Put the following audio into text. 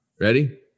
Ready